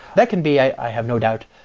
that can be, i have no doubt,